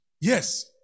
Yes